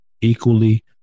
equally